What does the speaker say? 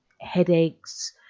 headaches